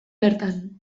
bertan